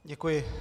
Děkuji.